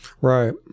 Right